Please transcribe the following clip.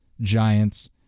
Giants